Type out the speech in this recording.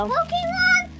Pokemon